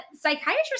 Psychiatrists